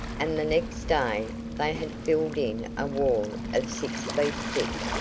and the next day they had filled in a wall of six feet thick,